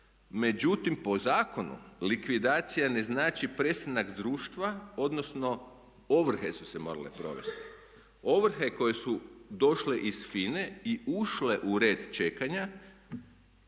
Međutim, po zakonu likvidacija ne znači prestanak društva odnosno ovrhe su se morale provesti. Ovrhe koje su došle iz FINA-e i ušle u red čekanja